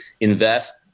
invest